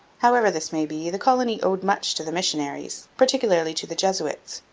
however this may be, the colony owed much to the missionaries particularly to the jesuits.